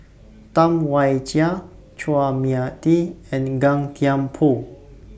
Tam Wai Jia Chua Mia Tee and Gan Thiam Poh